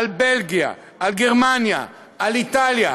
על בלגיה, על גרמניה, על איטליה,